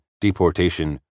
deportation